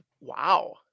wow